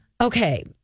okay